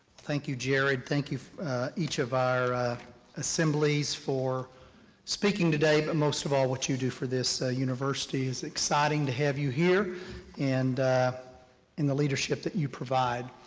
thank you, jared. thank you each of our assemblies for speaking today, but most of all what you do for this university, it's exciting to have you here and the leadership that you provide.